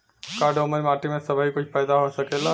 का दोमट माटी में सबही कुछ पैदा हो सकेला?